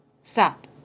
Stop